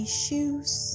shoes